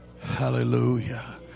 Hallelujah